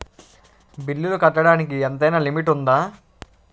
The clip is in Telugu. బిల్లులు కట్టడానికి ఎంతైనా లిమిట్ఉందా?